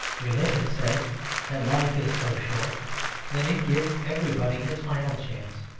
religion says that life is so short that it gives everybody his final chance.